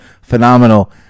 phenomenal